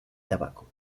tabaco